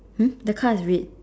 hmm the car is red